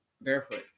barefoot